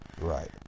Right